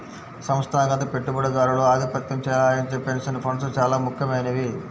సంస్థాగత పెట్టుబడిదారులు ఆధిపత్యం చెలాయించే పెన్షన్ ఫండ్స్ చాలా ముఖ్యమైనవి